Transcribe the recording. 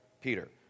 Peter